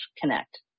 connect